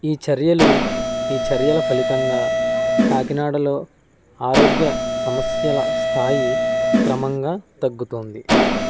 ఈ చర్యలు ఈ చర్యల ఫలితంగా కాకినాడలో ఆరోగ్య సమస్యల స్థాయి క్రమంగా తగ్గుతోంది